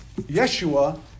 Yeshua